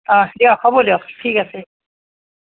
অঁ দিয়ক হ'ব দিয়ক ঠিক আছে